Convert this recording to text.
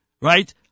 right